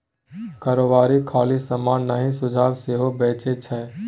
कारोबारी खाली समान नहि सुझाब सेहो बेचै छै